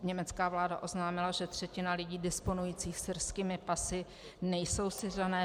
Německá vláda oznámila, že třetina lidí disponujících syrskými pasy nejsou Syřané.